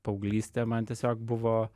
paauglystė man tiesiog buvo